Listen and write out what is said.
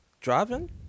Driving